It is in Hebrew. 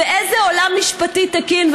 באיזה עולם משפטי תקין,